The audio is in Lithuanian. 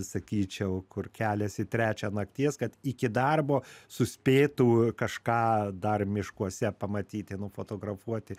sakyčiau kur keliasi trečią nakties kad iki darbo suspėtų kažką dar miškuose pamatyti nufotografuoti